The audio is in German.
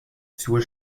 zur